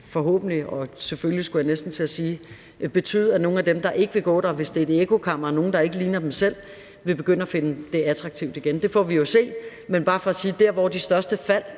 forhåbentlig – og selvfølgelig, skulle jeg næsten til at sige – betyde, at nogle af dem, der ikke vil gå der, hvis det er et ekkokammer for nogle, der ikke ligner dem selv, vil begynde at finde det attraktivt igen. Det får vi jo at se, men det er bare for at sige, at der, hvor det største fald